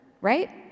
right